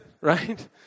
right